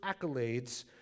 accolades